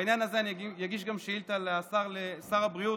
בעניין הזה אגיש גם שאילתה לשר הבריאות,